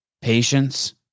patience